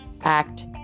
act